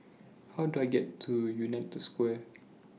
How Do I get to United Square